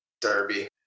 Derby